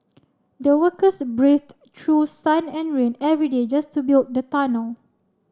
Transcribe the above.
the workers braved through sun and rain every day just to build the tunnel